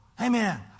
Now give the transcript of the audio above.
Amen